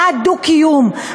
בעד דו-קיום.